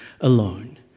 alone